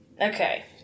Okay